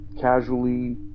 casually